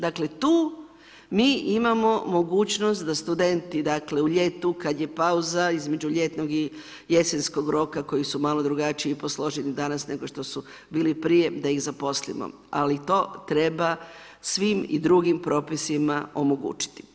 Dakle tu mi imamo mogućnost da studenti u ljeti kada je pauza, između ljetnog i jesenskog roka koji su malo drugačije posloženi danas nego što su bili prije da ih zaposlimo, ali to treba svim i drugim propisima omogućiti.